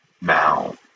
Now